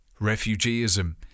Refugeeism